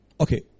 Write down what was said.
Okay